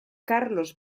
karlos